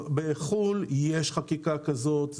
בחו"ל יש חקיקה כזאת,